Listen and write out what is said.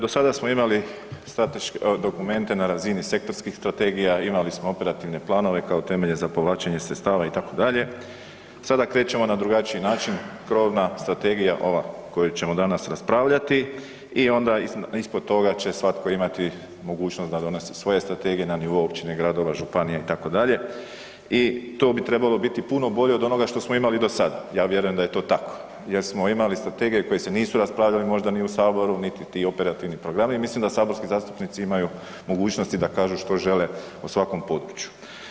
Do sada smo imali strateške, dokumente na razini sektorskih strategija, imali smo operativne planove kao temelje za povlačenje sredstava, itd., sada krećemo na drugačiji način, krovna Strategija, ova koju ćemo danas raspravljati i onda ispod toga će svatko imati mogućnost da donese svoje strategije na nivou općine, gradova, županija, itd., i to bi trebalo bit puno bolje od onoga što smo imali do sada, ja vjerujem da je to tako jer smo imali strategije koje se nisu raspravljali možda ni u Saboru, niti ti operativni programi, mislim da saborski zastupnici imaju mogućnosti da kažu što žele o svakom području.